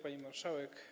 Pani Marszałek!